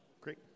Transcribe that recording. Great